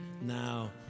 now